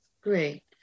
great